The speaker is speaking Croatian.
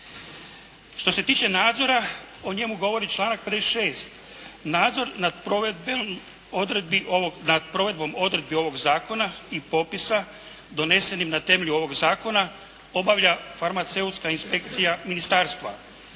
Što se tiče nadzora o njemu govori članak 56. Nadzor nad provedbom odredbi ovog zakona i popisa donesenim na temelju ovog zakona obavlja farmaceutska inspekcija ministarstva.